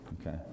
Okay